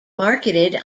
marketed